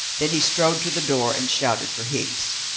then he strode to the door and shouted for higgs.